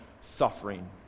suffering